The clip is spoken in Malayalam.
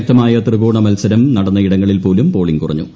ശക്തമായ ത്രികോണ മത്സരം നടന്നയിടങ്ങളിൽ പോലും പോളിംഗ് കുറഞ്ഞു